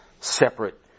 separate